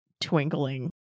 twinkling